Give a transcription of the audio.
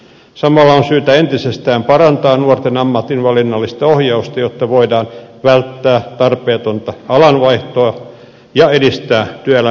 samalla on syytä entisestään parantaa nuorten ammatinvalinnallista ohjausta jotta voidaan välttää tarpeetonta alan vaihtoa ja edistää työelämään pääsyä